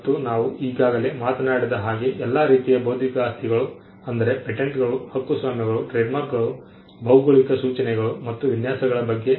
ಮತ್ತು ನಾವು ಈಗಾಗಲೇ ಮಾತನಾಡಿದ್ದ ಹಾಗೆ ಎಲ್ಲಾ ರೀತಿಯ ಬೌದ್ಧಿಕ ಆಸ್ತಿಗಳು ಅಂದರೆ ಪೇಟೆಂಟ್ಗಳು ಹಕ್ಕುಸ್ವಾಮ್ಯಗಳು ಟ್ರೇಡ್ಮಾರ್ಕ್ಗಳು ಭೌಗೋಳಿಕ ಸೂಚನೆಗಳು ಮತ್ತು ವಿನ್ಯಾಸಗಳ ಬಗ್ಗೆ